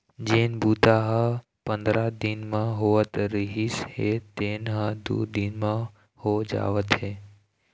जेन बूता ह पंदरा दिन म होवत रिहिस हे तेन ह दू दिन म हो जावत हे